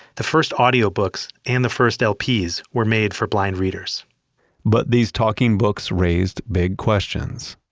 the first audio books, and the first lps, were made for blind readers but these talking books raised big questions.